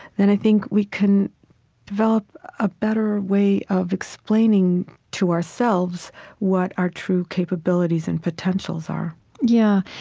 then i think we can develop a better way of explaining to ourselves what our true capabilities and potentials are yeah,